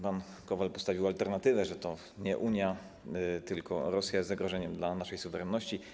Pan Kowal przedstawił alternatywę, że to nie Unia, tylko Rosja jest zagrożeniem dla naszej suwerenności.